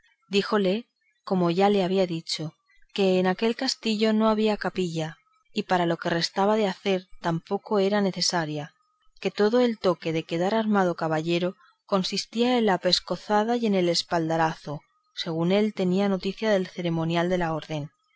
díjole como ya le había dicho que en aquel castillo no había capilla y para lo que restaba de hacer tampoco era necesaria que todo el toque de quedar armado caballero consistía en la pescozada y en el espaldarazo según él tenía noticia del ceremonial de la orden